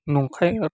नंखाय